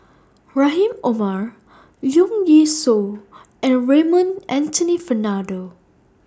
Rahim Omar Leong Yee Soo and Raymond Anthony Fernando